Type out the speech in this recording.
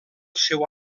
seu